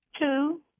Two